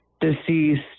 deceased